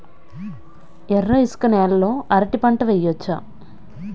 ఎర్ర ఇసుక నేల లో అరటి పంట వెయ్యచ్చా?